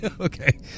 Okay